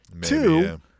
two